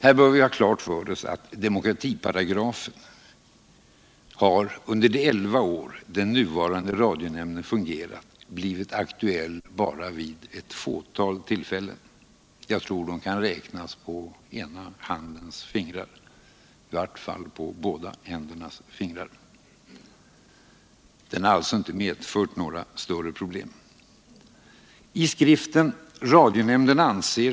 Här bör vi ha klart för oss att demokratiparagrafen under de elva år som den nuvarande radionämnden fungerat har blivit aktuell bara vid ett fåtal tillfällen —- jag tror att de kan räknas på ena handens fingrar; i vart fall på båda händernas fingrar. Det har alltså inte medfört några större problem. I skriften ”Radionämnden anser.